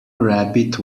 rabbit